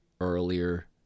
earlier